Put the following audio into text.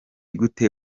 gute